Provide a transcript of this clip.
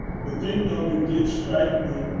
the thing though, that did strike me,